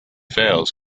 fails